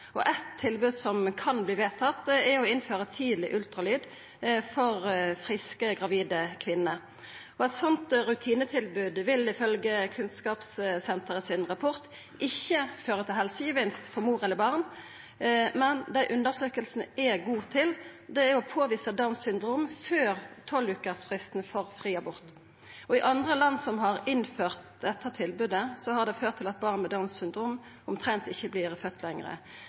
Eit tilbod som kan verta vedtatt, er å innføra tidleg ultralyd for friske gravide kvinner. Eit slikt rutinetilbod vil, ifylgje rapporten frå Kunnskapssenteret, ikkje føra til helsegevinst for mor eller barn. Det undersøkinga er god til, er å påvisa Downs syndrom før 12-vekersfristen for fri abort. I andre land som har innført dette tilbodet, har det ført til at det omtrent ikkje blir født barn med Downs syndrom